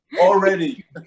Already